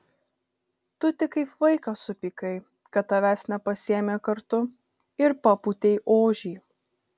tu tik kaip vaikas supykai kad tavęs nepasiėmė kartu ir papūtei ožį